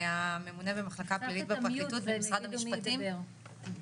ממונה במחלקה הפלילית בפרקליטות, במשרד המשפטים.